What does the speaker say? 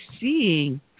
seeing